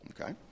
Okay